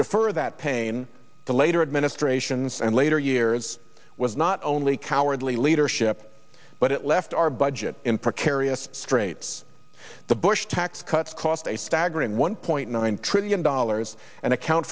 defer that pain to later administrations and later years was not only cowardly leadership but it left our budget in precarious straits the bush tax cuts cost a staggering one point nine trillion dollars and account